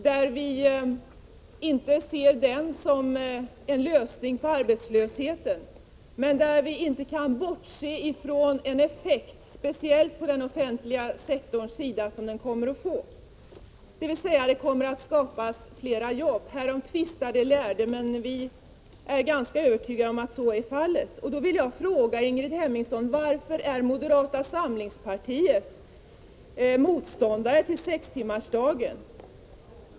Vi ser inte den som en lösning på arbetslösheten, men vi kan inte bortse från en effekt speciellt på den offentliga sektorns sida som den kommer att få, dvs. att det kommer att skapas flera jobb. Härom tvistar de lärde, men vi är ganska övertygade om att så är fallet. Jag vill fråga Ingrid Hemmingsson: Varför är moderata samlingspartiet motståndare till sextimmarsdagen?